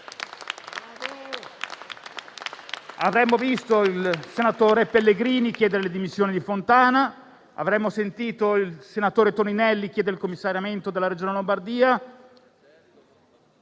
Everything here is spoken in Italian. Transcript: Avremmo ascoltato il senatore Pellegrini chiedere le dimissioni di Fontana? Avremmo sentito il senatore Toninelli chiedere il commissariamento della Regione Lombardia?